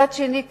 מצד שני,